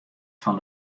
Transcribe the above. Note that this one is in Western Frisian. fan